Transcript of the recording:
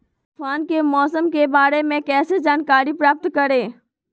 तूफान के मौसम के बारे में कैसे जानकारी प्राप्त करें?